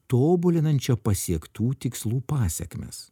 tobulinančio pasiektų tikslų pasekmes